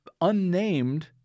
unnamed